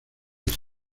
este